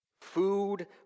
food